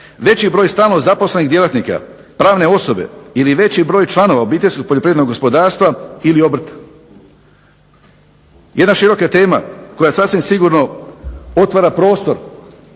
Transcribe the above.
veći broj stalno zaposlenih djelatnika pravne osobe ili veći broj članova obiteljskog poljoprivrednog gospodarstva ili obrta. Jedna široka tema koja sasvim sigurno otvara prostor.